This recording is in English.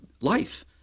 life